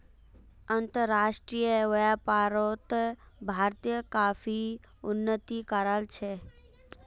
अंतर्राष्ट्रीय व्यापारोत भारत काफी उन्नति कराल छे